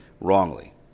wrongly